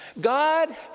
God